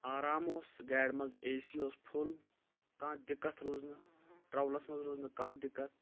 آرام اوس گاڈِ منٛز اے سی اوس فُل کانہہ دِکتھ روٗز نہٕ ٹریٚولَس منٛز روٗز نہ کانہہ دِکتھ